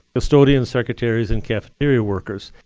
custodians, secretaries, and cafeteria workers.